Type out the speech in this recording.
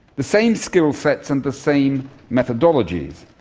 the same skill sets and the same methodologies.